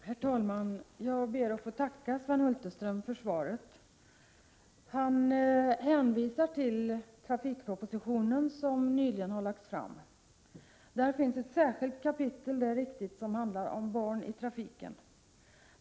Herr talman! Jag ber att få tacka Sven Hulterström för svaret. Han hänvisar till trafikpropositionen, som nyligen har lagts fram. Där finns ett särskilt kapitel som handlar om barn i trafik — det är riktigt.